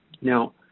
now